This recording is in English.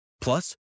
Plus